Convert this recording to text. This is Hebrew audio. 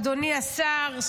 אדוני השר,